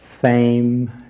fame